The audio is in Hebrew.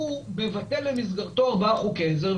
מבטל במסגרתו ארבעה חוקי עזר,